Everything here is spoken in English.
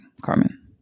Carmen